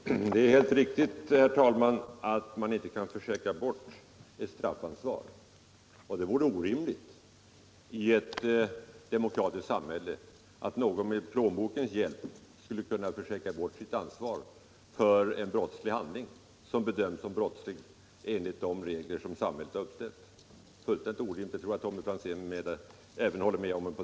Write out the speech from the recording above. Herr talman! Det är alldeles riktigt, herr talman, att man inte kan försäkra bort ett straffansvar. Det vore orimligt i ett demokratiskt samhälle att någon med plånbokens hjälp skulle kunna försäkra bort sitt ansvar för en handling som bedöms som brottslig enligt de regler samhället uppställt.